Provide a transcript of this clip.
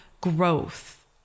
growth